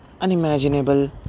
unimaginable